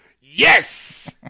Yes